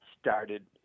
started